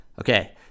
Okay